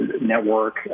network